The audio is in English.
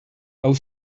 our